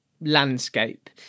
landscape